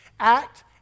Act